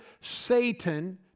Satan